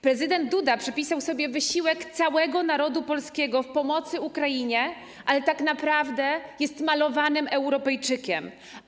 Prezydent Duda przypisał sobie wysiłek całego narodu polskiego w pomocy Ukrainie, ale tak naprawdę jest malowanym Europejczykiem.